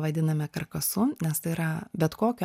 vadiname karkasu nes tai yra bet kokiu